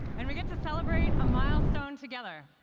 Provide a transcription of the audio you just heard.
and we get to celebrate a milestone together.